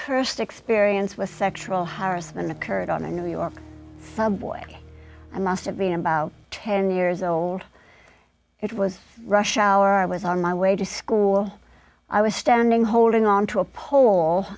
my st experience with sexual harassment occurred on a new york subway i must have been about ten years old it was rush hour i was on my way to school i was standing holding onto a po